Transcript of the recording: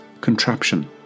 Contraption